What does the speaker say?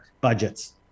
budgets